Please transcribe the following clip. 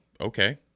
okay